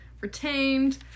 retained